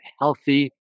healthy